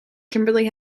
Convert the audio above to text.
kimberly